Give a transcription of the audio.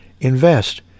Invest